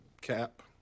cap